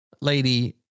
lady